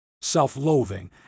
self-loathing